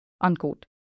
Unquote